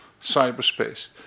cyberspace